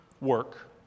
work